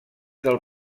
del